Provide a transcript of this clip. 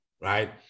right